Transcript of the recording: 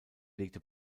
legte